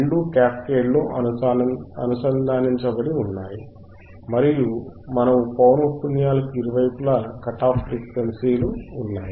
రెండూ క్యాస్కేడ్లో అనుసంధానించబడి ఉన్నాయి మరియు మనము పౌనఃపున్యాలకు ఇరువైపులా కట్ ఆఫ్ ఫ్రీక్వెన్సీ లు ఉన్నాయి